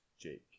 Jake